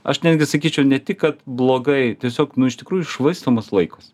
aš netgi sakyčiau ne tik kad blogai tiesiog nu iš tikrųjų švaistomas laikas